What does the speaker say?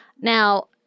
Now